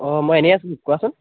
অঁ মই এনেই আছিলোঁ কোৱাচোন